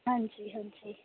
ਹਾਂਜੀ ਹਾਂਜੀ